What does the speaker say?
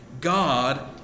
God